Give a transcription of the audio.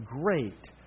great